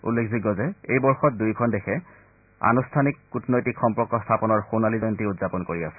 উল্লেখযোগ্য যে এই বৰ্ষত দুয়োখন দেশে আনুষ্ঠানিক কৃটনৈতিক সম্পৰ্ক স্থাপনৰ সোণালী জয়ন্তী উদযাপন কৰি আছে